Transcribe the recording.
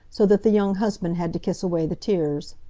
so that the young husband had to kiss away the tears.